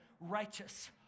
righteous